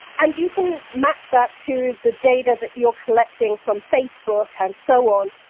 and you can match that to the data that you're collecting from facebook and so on.